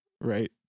right